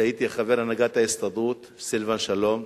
סילבן שלום,